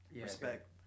respect